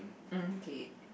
mm K